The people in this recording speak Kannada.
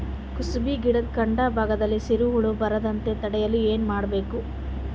ಕುಸುಬಿ ಗಿಡದ ಕಾಂಡ ಭಾಗದಲ್ಲಿ ಸೀರು ಹುಳು ಬರದಂತೆ ತಡೆಯಲು ಏನ್ ಮಾಡಬೇಕು?